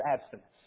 abstinence